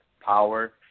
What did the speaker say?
power